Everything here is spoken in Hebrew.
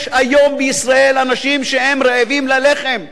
יש היום בישראל אנשים שהם רעבים ללחם,